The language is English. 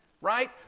right